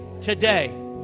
today